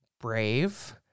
brave